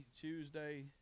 Tuesday